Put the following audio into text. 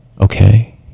Okay